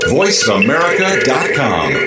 voiceamerica.com